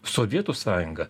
sovietų sąjunga